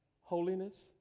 Holiness